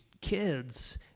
kids